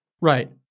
Right